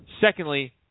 Secondly